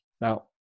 Now